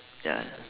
ya